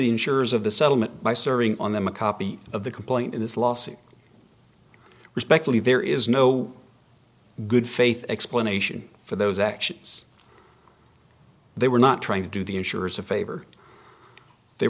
insurers of the settlement by serving on them a copy of the complaint in this lawsuit respectfully there is no good faith explanation for those actions they were not trying to do the insurers a favor they